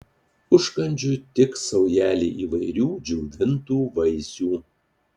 užkandžiui tiks saujelė įvairių džiovintų vaisių